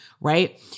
right